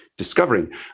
Discovering